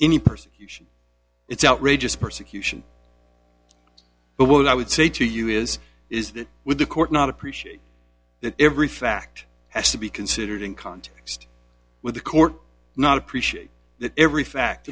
person it's outrageous persecution but what i would say to you is is that with the court not appreciate that every fact has to be considered in context with the court not appreciate that every fact